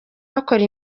bakora